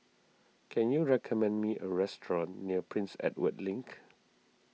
can you recommend me a restaurant near Prince Edward Link